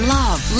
love